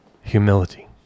humility